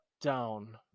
down